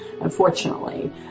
unfortunately